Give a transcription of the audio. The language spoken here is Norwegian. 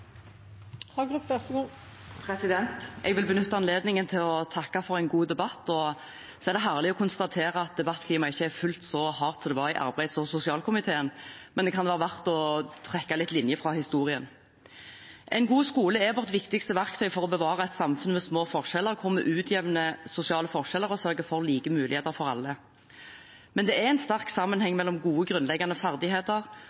er herlig å konstatere at debattklimaet ikke er fullt så hardt som det var i arbeids- og sosialkomiteen, men det kan være verdt å trekke noen linjer fra historien. En god skole er vårt viktigste verktøy for å bevare et samfunn med små forskjeller hvor vi utjevner sosiale forskjeller og sørger for like muligheter for alle. Men det er en sterk